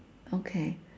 okay